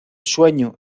sueño